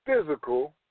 physical